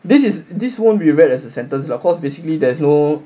this is this won't be read as a sentence lah because basically there's no